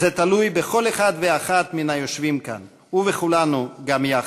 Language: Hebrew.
זה תלוי בכל אחד ואחת מן היושבים כאן ובכולנו גם יחד.